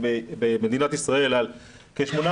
במדינת ישראל אנחנו מדברים על כ-800,000,